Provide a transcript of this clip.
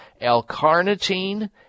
L-carnitine